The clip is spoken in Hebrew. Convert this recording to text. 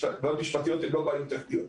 בעיות משפטיות הן לא בעיות טכניות,